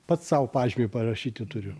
pats sau pažymį parašyti turiu